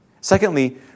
Secondly